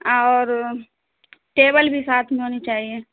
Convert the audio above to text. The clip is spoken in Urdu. اور ٹیبل بھی ساتھ میں ہونی چاہیے